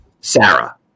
Sarah